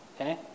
okay